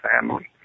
family